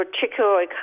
particularly